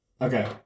Okay